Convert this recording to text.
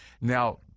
Now